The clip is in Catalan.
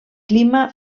clima